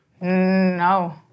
No